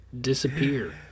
disappear